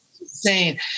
insane